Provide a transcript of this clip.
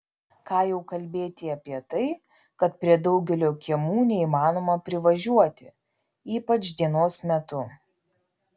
ką jau kalbėti apie tai kad prie daugelio kiemų neįmanoma privažiuoti ypač dienos metu